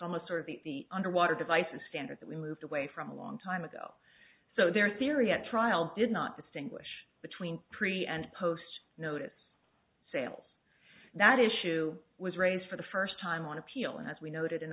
the underwater device a standard that we moved away from a long time ago so their theory at trial did not distinguish between pre and post notice sales that issue was raised for the first time on appeal and as we noted in